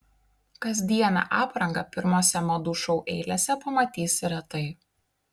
kasdienę aprangą pirmose madų šou eilėse pamatysi retai